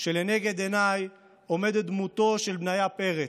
כשלנגד עיניי עומדת דמותו של בניה פרץ,